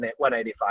185